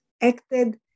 acted